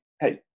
hey